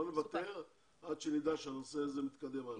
לא נוותר עד שנדע שהנושא הזה מתקדם.